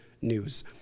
news